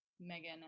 megan